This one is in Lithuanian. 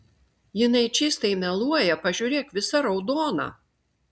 jinai čystai meluoja pažiūrėk visa raudona